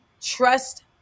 trust